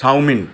chowmein